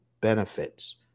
benefits